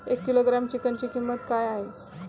एक किलोग्रॅम चिकनची किंमत काय आहे?